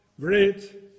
great